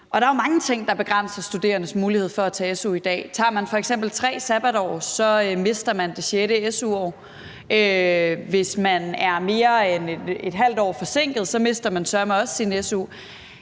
Og der er jo mange ting, der begrænser studerendes mulighed for at modtage su i dag. Tager man f.eks. tre sabbatår, mister man det sjette su-år. Hvis man er mere end et halvt år forsinket, mister man søreme også sin su.